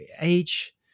age